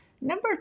Number